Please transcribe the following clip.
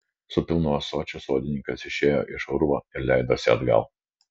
su pilnu ąsočiu sodininkas išėjo iš urvo ir leidosi atgal